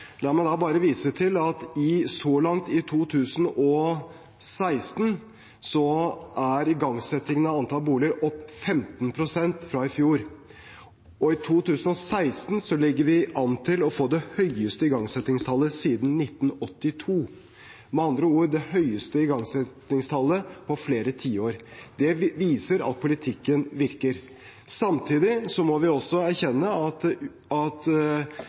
La meg da bare vise til at så langt i 2016 er igangsettingen av antall boliger gått opp 15 pst. fra i fjor. I 2016 ligger vi an til å få det høyeste igangsettingstallet siden 1982, med andre ord det høyeste igangsettingstallet på flere tiår. Det viser at politikken virker. Samtidig må vi erkjenne at